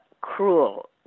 cruel